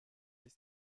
ist